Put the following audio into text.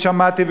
ושמעתי,